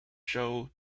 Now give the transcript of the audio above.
shows